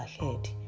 ahead